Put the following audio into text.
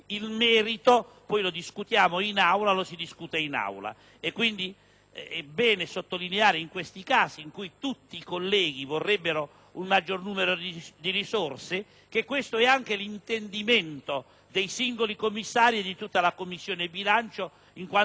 pertanto sottolineare, in questi casi in cui tutti i colleghi vorrebbero un maggior numero di risorse, che questo è anche l'intendimento dei singoli commissari di tutta la Commissione bilancio in quanto onorevoli esponenti